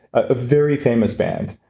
a very famous band.